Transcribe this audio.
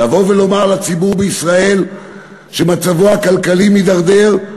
לבוא ולומר לציבור בישראל שמצבו הכלכלי מידרדר,